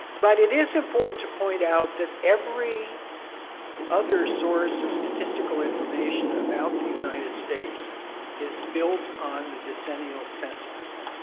but it is important to point out that every other source of statistical information about the united states is built on the decennial census.